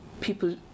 people